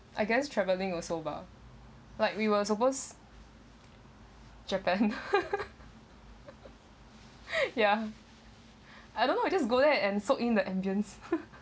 I guess travelling also bah like we were supposed japan ya I don't know you just go there and soak in the ambience